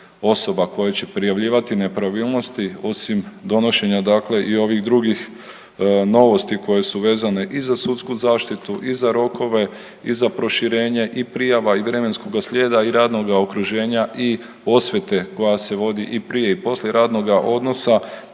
osoba koje će prijavljivati nepravilnosti osim donošenja, dakle i ovih drugih novosti koje su vezane i za sudsku zaštitu i za rokove i za proširenje i prijava i vremenskoga slijeda i radnoga okruženja i osvete koja se vodi i prije i poslije radnoga odnosa